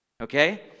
okay